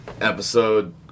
Episode